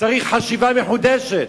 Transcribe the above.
צריך חשיבה מחודשת.